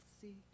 see